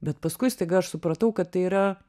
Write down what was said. bet paskui staiga aš supratau kad tai yra